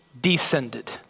descended